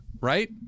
right